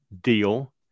deal